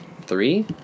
Three